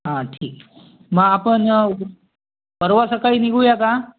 हां ठीक मग आपण परवा सकाळी निघूया का